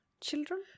children